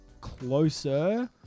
closer